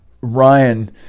ryan